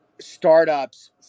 startups